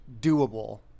doable